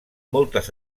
moltes